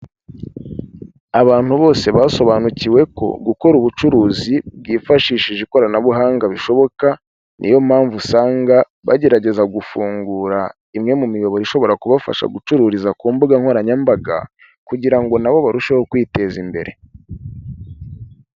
Abantu bose basobanukiwe ko gukora ubucuruzi bwifashishije ikoranabuhanga bishoboka, niyo mpamvu usanga bagerageza gufungura imwe mu miyoboro ishobora kubafasha gucururiza ku mbuga nkoranyambaga, kugira ngo nabo barusheho kwiteza imbere.